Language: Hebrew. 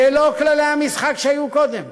זה לא כללי המשחק שהיו קודם.